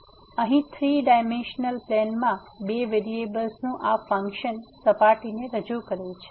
તેથી અહીં 3 ડાઈમેન્સનલ પ્લેનમાં બે વેરીએબલ્સનું આ ફંક્શન સપાટીને રજૂ કરે છે